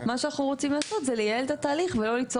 מה שאנחנו רוצים זה פשוט לייעל את התהליך ולא ליצור